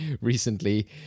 recently